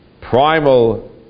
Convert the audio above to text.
primal